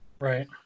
Right